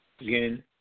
Again